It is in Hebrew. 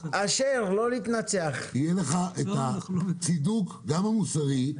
יהיה לך צידוק, גם מוסרי,